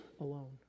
alone